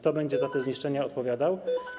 Kto będzie za te zniszczenia odpowiadał?